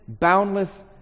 boundless